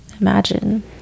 imagine